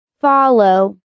Follow